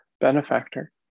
benefactor